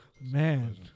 Man